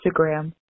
Instagram